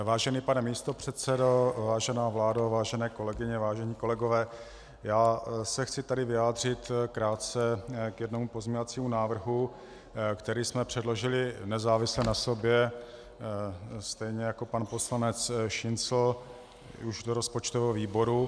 Vážený pane místopředsedo, vážená vládo, vážené kolegyně, vážení kolegové, chci se tady vyjádřit krátce k jednomu pozměňovacímu návrhu, který jsme předložili nezávisle na sobě stejně jako pan poslanec Šincl už do rozpočtového výboru.